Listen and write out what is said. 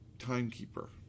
timekeeper